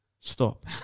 Stop